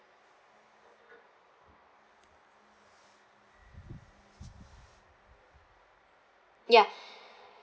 ya